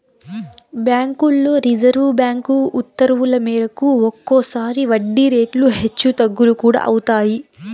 బ్యాంకుల్లో reserve bank ఉత్తర్వుల మేరకు ఒక్కోసారి వడ్డీ రేట్లు హెచ్చు తగ్గులు కూడా అవుతాయి